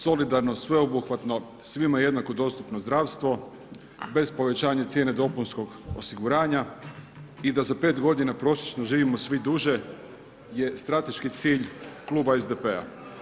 Solidarno, sveobuhvatno, svima jednako dostupno zdravstvo, bez povećanja cijene dopunskog osiguranja i da za 5 godina prosječno živimo svi duže je strateški cilj kluba SDP-a.